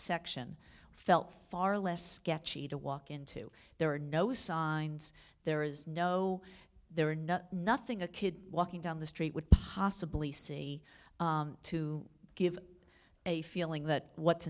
section felt far less sketchy to walk into there are no songs there is no there are no nothing a kid walking down the street would possibly see to give you a feeling that what